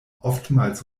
oftmals